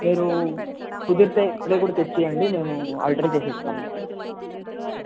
మీరు కుదిరితే ఇప్పుడే కూడ తెచ్చి ఇవ్వండి మేము ఆల్టర్ చేసి ఇస్తాం